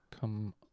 come